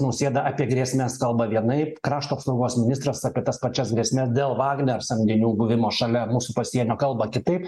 nausėda apie grėsmes kalba vienaip krašto apsaugos ministras apie tas pačias grėsmes dėl vagner samdinių buvimo šalia mūsų pasienio kalba kitaip